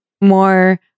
more